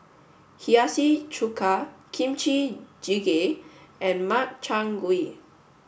Hiyashi Chuka Kimchi Jjigae and Makchang gui